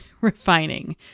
refining